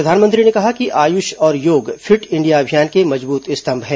प्रधानमंत्री ने कहा कि आयुष और योग फिट इंडिया अभियान के मजबूत स्तम्भ हैं